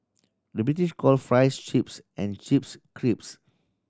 the British calls fries chips and chips crisps